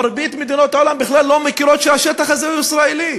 מרבית מדינות העולם בכלל לא מכירות בזה שהשטח הזה ישראלי.